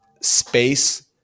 space